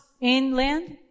inland